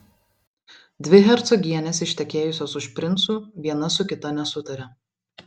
dvi hercogienės ištekėjusios už princų viena su kita nesutaria